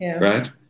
right